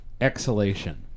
exhalation